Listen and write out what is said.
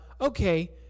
okay